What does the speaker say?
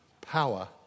power